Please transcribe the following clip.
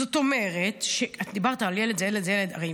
זאת אומרת, דיברת על ילד זה ילד זה ילד, הרי